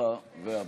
הרווחה והבריאות.